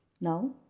Now